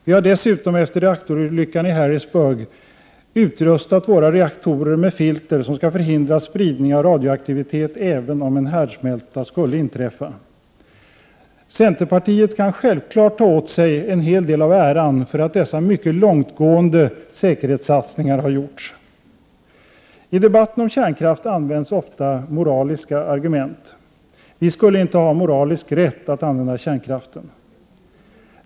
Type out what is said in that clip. Vi har dessutom efter reaktorolyckan i Harrisburg utrustat våra reaktorer med filter som skall förhindra spridning av radioaktivitet även om en härdsmälta skulle inträffa. Centerpartiet kan självfallet ta åt sig en hel del av äran för att dessa mycket långtgående säkerhetssatsningar har gjorts. I debatten om kärnkraft används ofta moraliska argument: vi skulle inte ha moralisk rätt att använda kärnkraften.